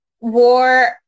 war